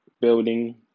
building